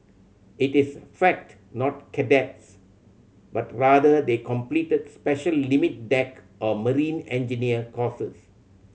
it is fact not cadets but rather they completed special limit deck or marine engineer courses